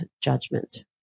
judgment